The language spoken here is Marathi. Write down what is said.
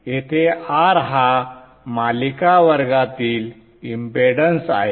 येथे R हा मालिका मार्गातील इम्पेडन्स आहे